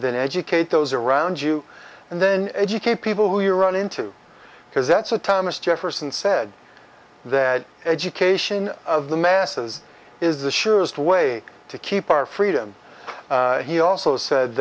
than educate those around you and then educate people who you run into because that's what thomas jefferson said that education of the masses is the surest way to keep our freedom he also said